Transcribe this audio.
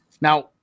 Now